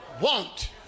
want